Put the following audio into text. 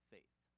Faith